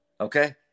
okay